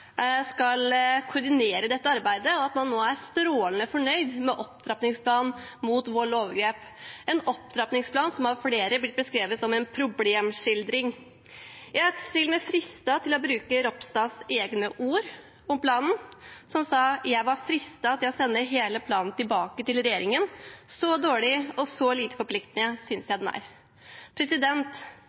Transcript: strålende fornøyd med opptrappingsplanen mot vold og overgrep – en opptrappingsplan som av flere har blitt beskrevet som en problemskildring. Jeg er til og med fristet til å bruke Ropstads egne ord om planen, som var: «Jeg var fristet til å sende hele planen tilbake til regjeringen, så dårlig og lite forpliktende synes jeg den er.»